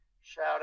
shout